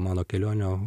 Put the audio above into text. mano kelionių